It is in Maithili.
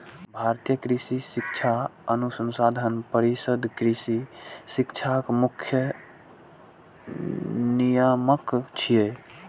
भारतीय कृषि शिक्षा अनुसंधान परिषद कृषि शिक्षाक मुख्य नियामक छियै